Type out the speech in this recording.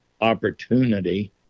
opportunity